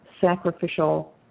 sacrificial